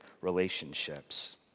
relationships